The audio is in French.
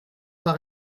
par